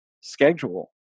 schedule